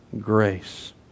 grace